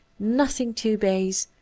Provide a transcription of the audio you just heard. nothing too base,